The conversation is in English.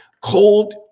cold